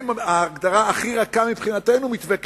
ההגדרה הכי רכה מבחינתנו, מתווה קלינטון,